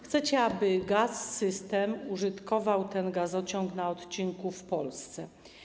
Chcecie, aby Gaz-System użytkował ten gazociąg na odcinku w Polsce.